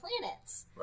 planets